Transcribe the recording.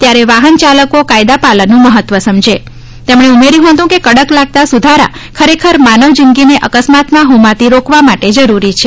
ત્યારે વાહન ચાલકો કાયદા પાલનનું મહત્વ સમજે તેમણે ઉમેર્યું હતું કે કડક લાગતા સુધારા ખરેખર માનવ જીંદગીને અકસ્માતમાં હોમાતી રોકવા માટે જરૂરી છે